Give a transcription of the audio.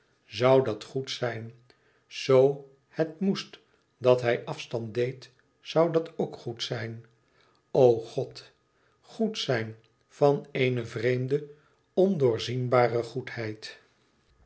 zoû dat goed zijn zoo het moest dat hij afstand deed zoû dat ook goed zijn o god goed zijn van eene vreemde ondoorzienbare goedheid